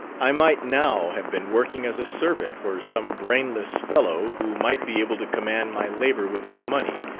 i might now have been working as a servant for some brainless fellow who might be able to command my labour with his money,